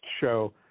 show